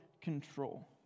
control